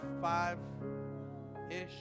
five-ish